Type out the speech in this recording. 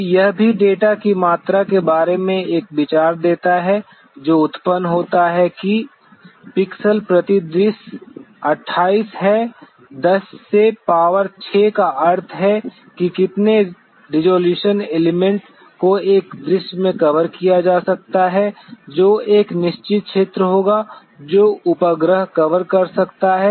तो यह भी डेटा की मात्रा के बारे में एक विचार देता है जो उत्पन्न होता है पिक्सल प्रति दृश्य 28 है 10 से पावर 6 का अर्थ है कि कितने रिज़ॉल्यूशन एलिमेंट को एक दृश्य में कवर किया जा सकता है जो एक निश्चित क्षेत्र होगा जो उपग्रह कवर कर सकता है